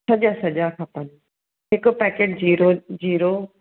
सॼा सॼा खपेनि हिकु पैकेट जीरो जीरो